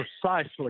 Precisely